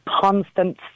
constant